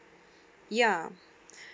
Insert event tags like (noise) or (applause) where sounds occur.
ya (breath)